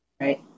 Right